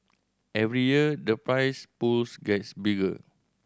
every year the prize pools gets bigger